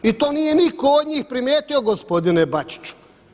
I to nije nitko od njih primijetio gospodine Bačiću.